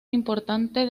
importante